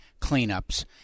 cleanups